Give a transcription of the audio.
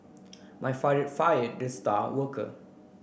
my father fired the star worker